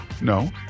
No